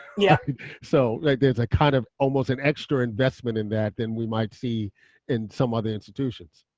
yeah yeah so like there's a kind of almost an extra investment in that than we might see in some other institutions.